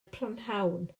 prynhawn